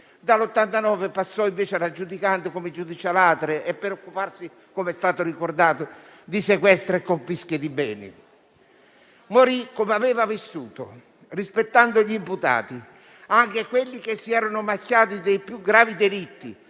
Dal 1989 passò invece alla giudicante come giudice *a latere* per occuparsi - come è stato già ricordato - di sequestri e confische di beni. Morì come aveva vissuto, rispettando gli imputati, anche quelli che si erano macchiati dei più gravi delitti